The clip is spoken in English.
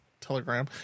telegram